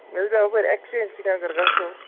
مےٚ حظ دپیٛو اٮ۪کٕسچینٛج کِنۍ اگر گژھو